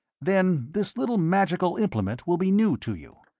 then this little magical implement will be new to you,